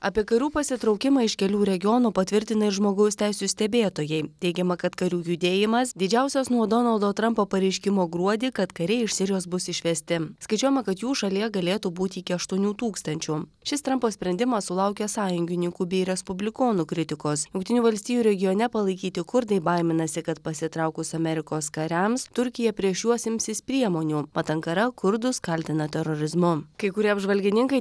apie garų pasitraukimą iš kelių regionų patvirtina ir žmogaus teisių stebėtojai teigiama kad karių judėjimas didžiausias nuo donaldo trampo pareiškimo gruodį kad kariai iš sirijos bus išvesti skaičiuojama kad jų šalyje galėtų būti iki aštuonių tūkstančių šis trampo sprendimas sulaukė sąjungininkų bei respublikonų kritikos jungtinių valstijų regione palaikyti kurdai baiminasi kad pasitraukus amerikos kariams turkija prieš juos imsis priemonių mat ankara kurdus kaltina terorizmu kai kurie apžvalgininkai